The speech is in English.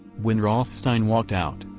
when rothstein walked out,